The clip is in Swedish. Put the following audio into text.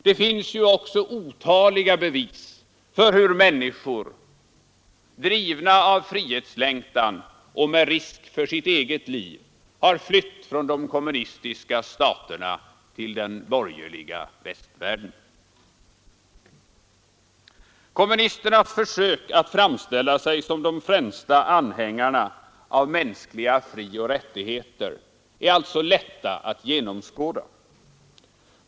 Det finns ju också otaliga bevis för hur människor, drivna av frihetslängtan och med risk för sitt eget liv, flytt från de kommunistiska staterna till den borgerliga västvärlden. Kommunisternas försök att framställa sig som de främsta anhängarna av mänskliga frioch rättigheter är alltså lätta att genomskåda.